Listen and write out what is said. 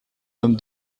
homme